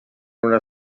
una